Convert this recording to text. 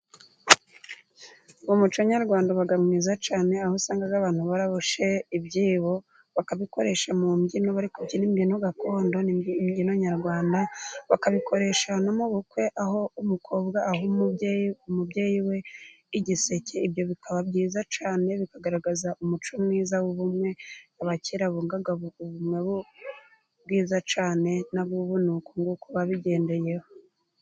Umuco nyarwanda uba mwiza cyane, aho usanga abantu baraboshe ibyibo bakabikoresha mu mbyino bari kubyina imbyino gakondo, imbyino nyarwanda, bakabikoresha no mu bukwe, aho umukobwa aha umubyeyi, umubyeyi we igiseke, ibyo bikaba byiza cyane bikagaragaza umuco mwiza w'ubumwe, abakera bungaga ubumwe bwiza cyane, n'ab'ubu ni ukunguku babigendeyeho